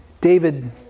David